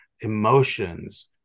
emotions